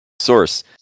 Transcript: source